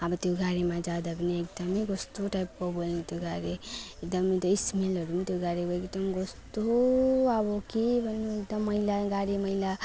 अब त्यो गाडीमा जाँदा पनि एकदम कस्तो टाइपको बोल्ने त्यो गाडी एकदम त्यो स्मेलहरू त्यो गाडीको एकदम कस्तो अब के गर्नु एकदम मैला गाडीमा मैला